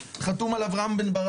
מהיוזמים שלו זה חבר הכנסת רם בן ברק,